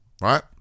Right